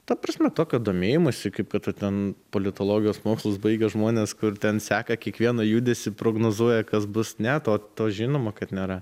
ta prasme kad domėjimąsi kaip kada ten politologijos mokslus baigę žmonės kur ten seka kiekvieną judesį prognozuoja kas bus ne to to žinoma kad nėra